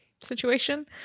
situation